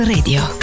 Radio